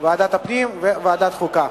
הפנים והגנת הסביבה וועדת החוקה,